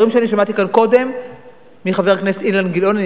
הדברים שאני שמעתי כאן קודם מחבר הכנסת אילן גילאון,